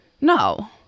No